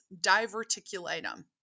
diverticulatum